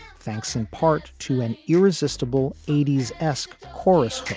thanks in part to an irresistible eighty s esque chorus